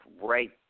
right